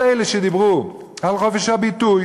כל אלה שדיברו על חופש הביטוי,